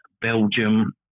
Belgium